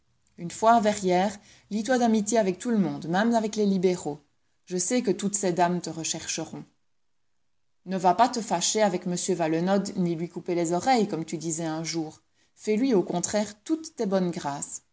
une fois à verrières lie toi d'amitié avec tout le monde même avec les libéraux je sais que toutes ces dames te rechercheront ne va pas te fâcher avec m valenod ni lui couper les oreilles comme tu disais un jour fais-lui au contraire toutes tes bonnes grâces